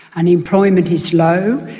unemployment is low,